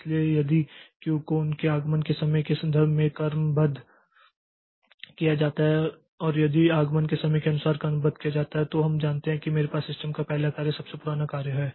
इसलिए यदि क्यू को उनके आगमन के समय के संदर्भ में क्रमबद्ध किया जाता है और यदि उन्हें आगमन के समय के अनुसार क्रमबद्ध किया जाता है तो हम जानते हैं कि मेरे पास सिस्टम में पहला कार्य सबसे पुराना कार्य है